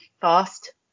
fast